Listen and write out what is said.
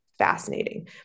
fascinating